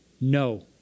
No